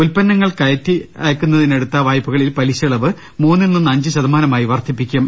ഉൽപന്നങ്ങൾ കയറ്റി അയക്കുന്നതിനെടുത്ത വായ്പകളിൽ പലിശയിളവ് മൂന്നിൽ നിന്ന് അഞ്ച് ശതമാനമായി വർധിപ്പിക്കും